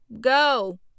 go